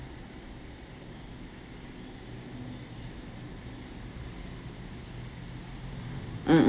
mm